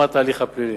פלילי.